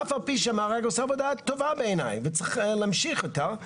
אף על פי שהמארג עושה עבודה טובה בעייני וצריך להמשיך אותה.